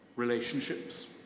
relationships